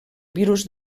virus